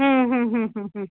हम्म हम्म हम्म हम्म